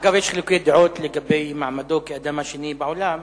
אגב, יש חילוקי דעות לגבי מעמדו כאדם השני בעולם.